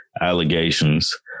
allegations